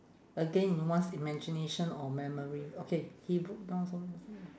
again in one's imagination or memory okay he broke down sobbing